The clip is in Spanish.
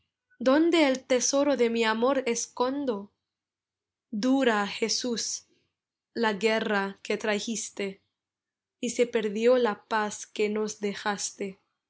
dónde el tesoro de mi amor escondo dura jesús la guerra que trajiste y se perdió la paz que nos dejaste